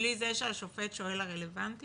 --- בלי זה שהשופט שואל לרלבנטיות?